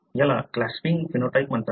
याला clasping phenotype म्हणतात